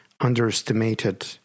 underestimated